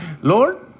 Lord